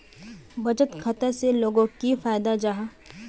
बचत खाता से लोगोक की फायदा जाहा?